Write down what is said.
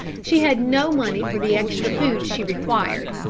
she had no money for the extra food she required.